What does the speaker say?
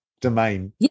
domain